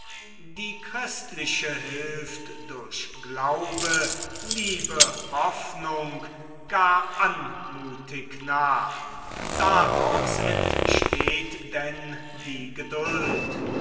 die christliche hilft durch glaube liebe hoffnung gar anmutig nach daraus entsteht denn die geduld